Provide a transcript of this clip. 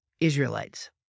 israelites